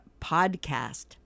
Podcast